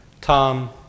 tom